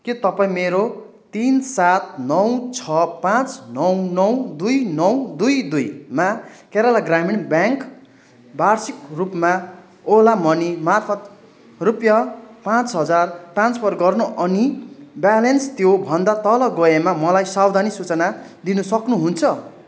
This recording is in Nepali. के तपाईँ मेरो तिन सात नौ छ पाँच नौ नौ दुई नौ दुई दुईमा केरला ग्रामीण ब्याङ्क वार्षिक रूपमा ओला मनी मार्फत् रुपियाँ पाँच हजार ट्रान्सफर गर्न अनि ब्यालेन्स त्योभन्दा तल गएमा मलाई सावधानी सूचना दिन सक्नुहुन्छ